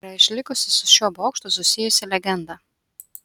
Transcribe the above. yra išlikusi su šiuo bokštu susijusi legenda